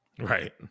Right